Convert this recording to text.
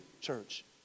church